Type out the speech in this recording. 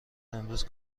امروز